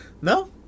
No